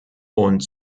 und